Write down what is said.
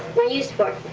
were used for.